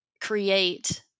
create